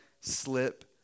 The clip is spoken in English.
slip